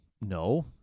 No